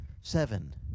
Seven